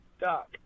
Doc